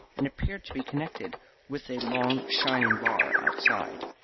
and appeared to be connected with a long shining bar outside.